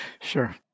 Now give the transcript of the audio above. Sure